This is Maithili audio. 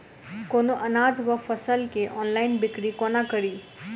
कोनों अनाज वा फसल केँ ऑनलाइन बिक्री कोना कड़ी?